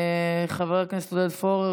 חבר הכנסת עודד פורר,